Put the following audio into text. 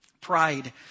pride